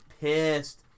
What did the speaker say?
pissed